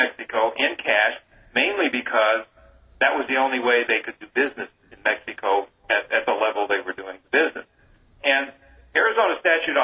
mexico in cash mainly because that was the only way they could do business and i think oh at the level they were doing business and arizona statute